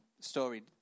story